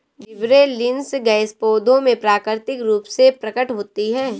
gibberellins gas पौधों में प्राकृतिक रूप से प्रकट होती है